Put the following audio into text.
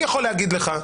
אני יכול להגיד לך,